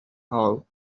hall